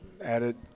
added